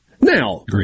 Now